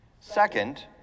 Second